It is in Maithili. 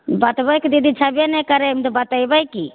बतबय के दीदी छबे नहि करय ओइमे तऽ बतबय की